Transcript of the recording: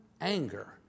anger